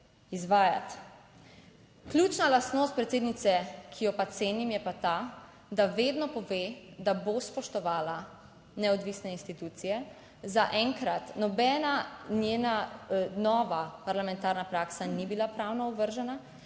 izvajati. Ključna lastnost predsednice, ki jo pa cenim, je pa ta, da vedno pove, da bo spoštovala neodvisne institucije. Zaenkrat nobena njena nova parlamentarna praksa ni bila pravno ovržena,